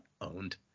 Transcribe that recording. Owned